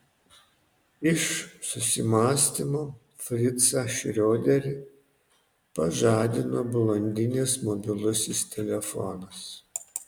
iš susimąstymo fricą šrioderį pažadino blondinės mobilusis telefonas